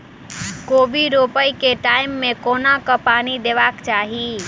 कोबी रोपय केँ टायम मे कोना कऽ पानि देबाक चही?